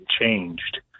changed